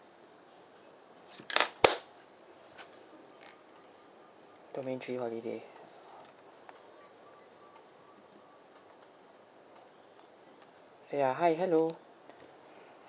domain three holiday ya hi hello